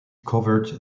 covered